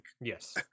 Yes